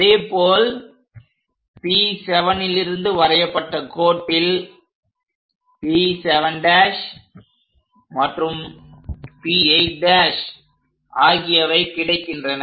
அதேபோல் P7லிருந்து வரையப்பட்ட கோட்டில் P7' மற்றும் P8' ஆகியவை கிடைக்கின்றன